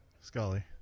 Scully